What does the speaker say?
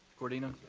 corradino?